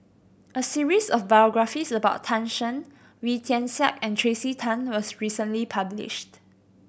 a series of biographies about Tan Shen Wee Tian Siak and Tracey Tan was recently published